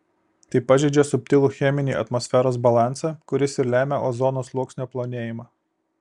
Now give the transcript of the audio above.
tai pažeidžia subtilų cheminį atmosferos balansą kuris ir lemia ozono sluoksnio plonėjimą